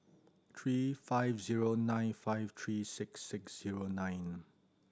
three five zero nine five three six six zero nine